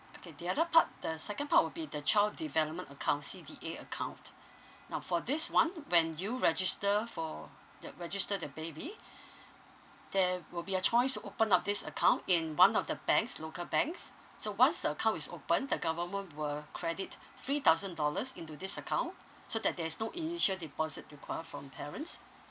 okay the other part the second part will be the child development account C_D_A account now for this [one] when you register for the register your baby there will be a choice to open up this account in one of the banks local banks so once the account is opened the government will credit three thousand dollars into this account so that there is no initial deposit require from parents